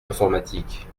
informatique